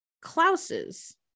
Klaus's